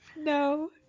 No